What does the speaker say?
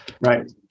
Right